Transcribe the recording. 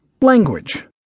Language